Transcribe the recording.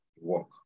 work